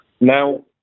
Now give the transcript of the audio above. now